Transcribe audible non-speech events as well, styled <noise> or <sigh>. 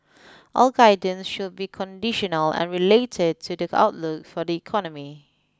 <noise> all guidance should be conditional and related to the outlook for the economy